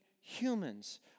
humans